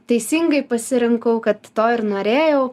teisingai pasirinkau kad to ir norėjau